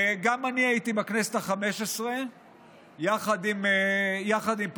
גם אני הייתי בכנסת החמש-עשרה יחד עם פריצקי.